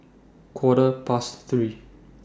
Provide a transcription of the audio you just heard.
Quarter Past three